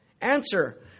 answer